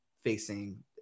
facing